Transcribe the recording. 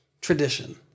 tradition